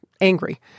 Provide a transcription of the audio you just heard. angry